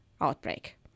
outbreak